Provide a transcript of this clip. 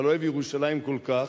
אבל אוהב ירושלים כל כך,